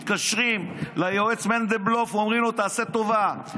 מתקשרים ליועץ מנדלבלוף ואומרים לו: תעשה טובה,